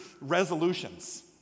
resolutions